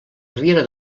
riera